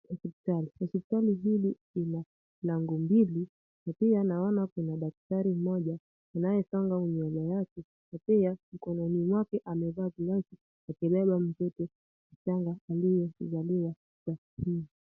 Hospitali. Hospitali hili lina lango mbili na pia naona kuna daktari mmoja anaesonga unywele yake na pia mkononi mwake amevaa glavu akibeba mtoto mchanga aliyezaliwa sahii.